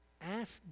ask